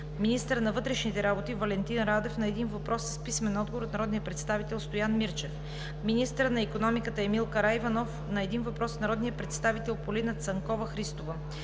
министърът на вътрешните работи Валентин Радев – на един въпрос с писмен отговор от народния представител Стоян Мирчев; - министърът на икономиката Емил Караниколов – на един въпрос от народния представител Полина Цанкова-Христова;